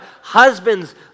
husbands